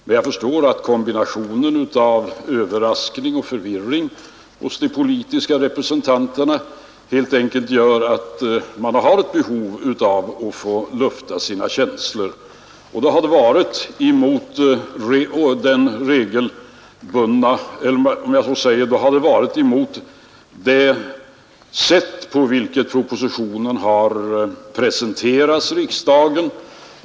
Men jag förstår att kombinationen av överraskning och förvirring hos de politiska representanterna helt enkelt gör att man har ett behov av att lufta sina känslor. Då har det varit mot det sätt på vilket propositionen har presenterats för riksdagen som man vänt sig.